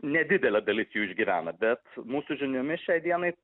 nedidelė dalis jų išgyvena bet mūsų žiniomis šiai dienai